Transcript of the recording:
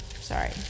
Sorry